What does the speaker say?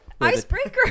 Icebreaker